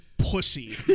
pussy